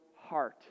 heart